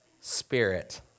spirit